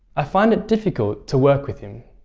i find it difficult to work with him.